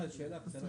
שאלה קצרה